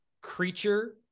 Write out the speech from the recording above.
creature